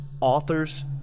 authors